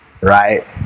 right